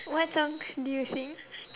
what songs do you sing